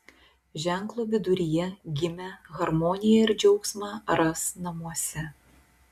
ženklo viduryje gimę harmoniją ir džiaugsmą ras namuose